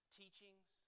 teachings